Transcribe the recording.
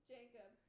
Jacob